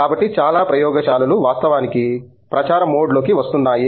కాబట్టి చాలా ప్రయోగశాలలు వాస్తవానికి ప్రచార మోడ్లోకి వస్తున్నాయి